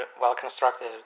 well-constructed